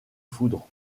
foudre